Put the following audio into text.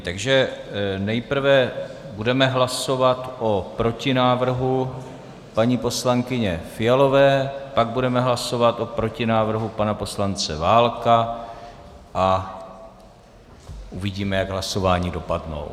Takže nejprve budeme hlasovat o protinávrhu paní poslankyně Fialové, pak budeme hlasovat o protinávrhu pana poslance Válka a uvidíme, jak hlasování dopadnou.